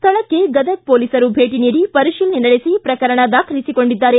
ಸ್ಥಳಕ್ಕೆ ಗದಗ ಪೊಲೀಸರು ಭೇಟಿ ನೀಡಿ ಪರಿಶೀಲನೆ ನಡೆಸಿ ಪ್ರಕರಣ ದಾಖಲಿಸಿಕೊಂಡಿದ್ದಾರೆ